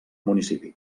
municipi